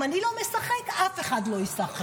אם אני לא משחק, אף אחד לא ישחק.